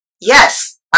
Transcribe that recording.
Yes